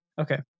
Okay